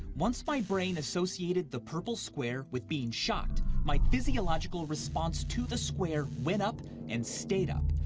once my brain associated the purple square with being shocked, my physiological response to the square went up and stayed up.